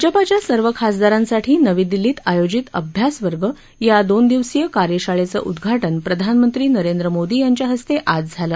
भाजपाच्या सर्व खासदारांसाठी नवी दिल्लीत आयोजित अभ्यास वर्ग या दोन दिवसीय कार्यशाळेचं उद्घाटन प्रधानमंत्री नरेंद्र मोदी यांच्या हस्ते आज झालं